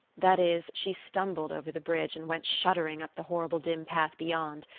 that is, she stumbled over the bridge and went shuddering up the horrible dim path beyond.